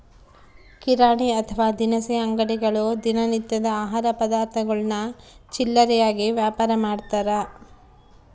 ಕಿರಾಣಿ ಅಥವಾ ದಿನಸಿ ಅಂಗಡಿಗಳು ದಿನ ನಿತ್ಯದ ಆಹಾರ ಪದಾರ್ಥಗುಳ್ನ ಚಿಲ್ಲರೆಯಾಗಿ ವ್ಯಾಪಾರಮಾಡ್ತಾರ